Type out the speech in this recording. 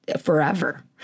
forever